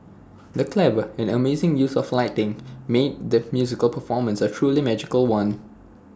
the clever and amazing use of lighting made the musical performance A truly magical one